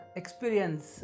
experience